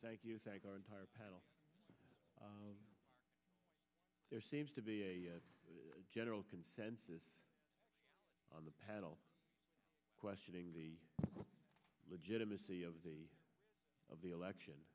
thank you thank our entire panel there seems to be a general consensus on the paddle questioning the legitimacy of the of the election